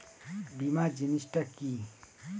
বীমা জিনিস টা কি?